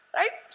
right